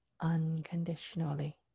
unconditionally